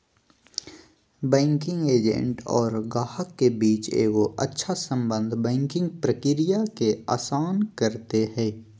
banking agent और गाहक के बीच एगो अच्छा सम्बन्ध बैंकिंग प्रक्रिया के आसान कर दे हय